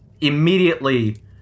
immediately